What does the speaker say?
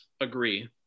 agree